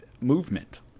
movement